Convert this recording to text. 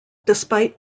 despite